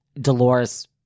Dolores